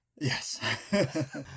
Yes